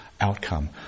outcome